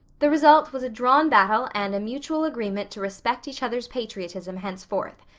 the result was a drawn battle and a mutual agreement to respect each other's patriotism henceforth.